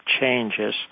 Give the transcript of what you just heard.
changes